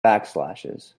backslashes